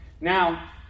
Now